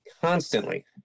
constantly